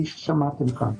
כפי ששמעתם כאן.